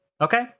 Okay